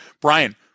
Brian